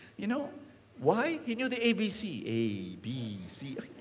you know why? he knew the abc. a, b, c.